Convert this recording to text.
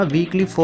Weekly